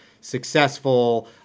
successful